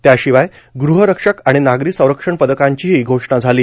त्याशिवाय गृह रक्षक आणि नागरी संरक्षण पदकांचीही घोषणा झाली